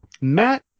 Matt